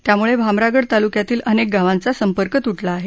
त्यामुळे भामरागड तालुक्यातील अनेक गावांचा संपर्क तूटला आहे